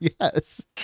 Yes